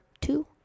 two